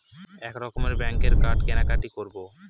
এক রকমের ব্যাঙ্কের কার্ডে কেনাকাটি করব